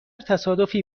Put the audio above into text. تصادفی